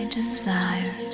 desire